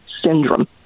syndrome